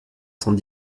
cent